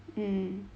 mm